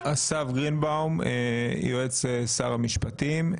אסף גרינבאום, יועץ שר המשפטים.